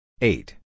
Eight